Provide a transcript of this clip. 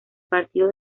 partido